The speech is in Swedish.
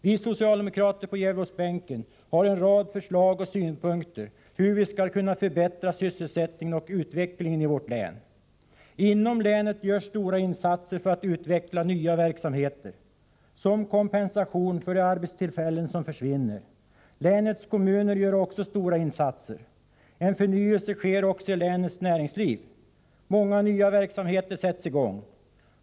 Vi socialdemokrater på Gävleborgsbänken har en rad förslag om och synpunkter på hur vi skall kunna förbättra sysselsättningen och utvecklingen i vårt län. Inom länet görs stora insatser för att utveckla nya verksamheter som kompensation för de arbetstillfällen som försvinner. Också länets kommuner gör stora insatser. En förnyelse sker även av länets näringsliv. Många nya verksamheter sätts i gång.